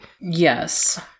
Yes